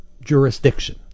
jurisdiction